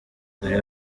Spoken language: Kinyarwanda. dore